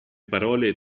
parole